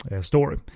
story